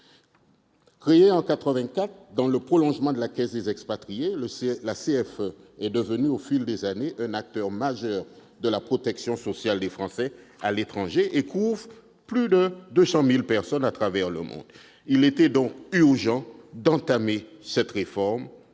Créée en 1984 dans le prolongement de la Caisse des expatriés, la CFE est devenue au fil des années un acteur majeur de la protection sociale des Français de l'étranger et couvre plus de 200 000 personnes à travers le monde. Il était donc urgent d'entamer cette réforme,